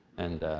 and,